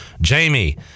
Jamie